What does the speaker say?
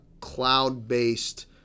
cloud-based